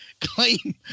claim